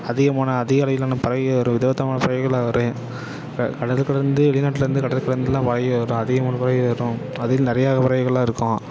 அதிகமான அதிக அளவிலான பறவைகள் வரு விதவிதமான பறவைகளெலாம் வரும் அப்போ கடல் கடந்து வெளி நாட்டுலேருந்து கடல் கடந்து அதிகமான பறவைங்கள் வரும் அதில் நிறையா பறவைங்களாம் இருக்கும்